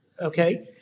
okay